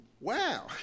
wow